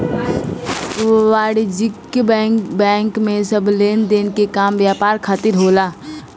वाणिज्यिक बैंक में सब लेनदेन के काम व्यापार खातिर होला